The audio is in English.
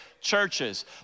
churches